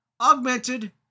augmented